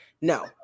No